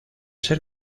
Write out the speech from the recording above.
ser